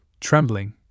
trembling